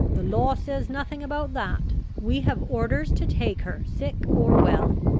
the law says nothing about that. we have orders to take her sick or well.